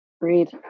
Agreed